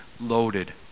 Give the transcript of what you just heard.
loaded